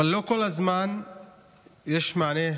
אבל לא כל הזמן יש מענה,